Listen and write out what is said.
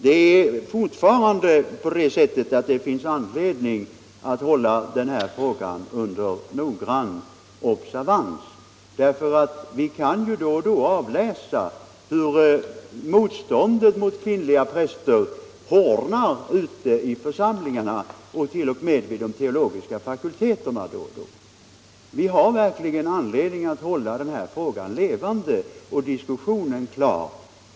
Det är fortfarande på det sättet att det finns anledning att hålla den här frågan under noggrann observans. Vi kan nämligen då och då avläsa hur motståndet mot kvinnliga präster hårdnar ute i församlingarna och t.o.m. vid de teologiska fakulteterna. Vi har verkligen anledning att hålla den här frågan levande och diskussionen klar.